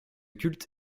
culte